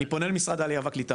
אני פונה למשרד העלייה והקליטה,